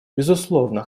безусловно